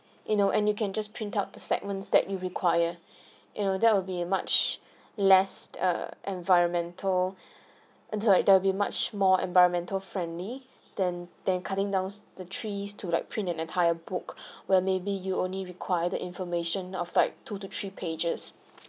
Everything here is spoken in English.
you know and you can just print out the segments that you require you know that will be much less prose environmental until like there will be much more environmental friendly than than cutting downs the trees to like print an entire book where maybe you only require the information of like two to three pages